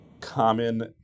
common